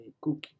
cookie